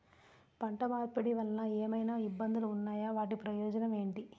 పంట మార్పిడి వలన ఏమయినా ఇబ్బందులు ఉన్నాయా వాటి ప్రయోజనం ఏంటి?